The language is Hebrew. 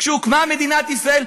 כשהוקמה מדינת ישראל,